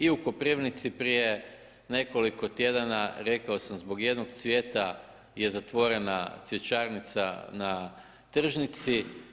I u Koprivnici prije nekoliko tjedana, rekao sam, zbog jednog cvijeta je zatvorena cvjećarnica na tržnici.